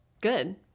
Good